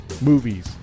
movies